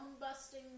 busting